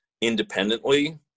independently